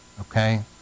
okay